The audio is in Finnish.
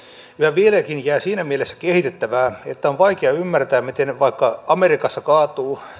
vieläkin jää siinä mielessä kehitettävää että on vaikea ymmärtää miten vaikka amerikassa kaatuu